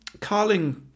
Carling